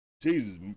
Jesus